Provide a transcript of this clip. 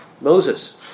Moses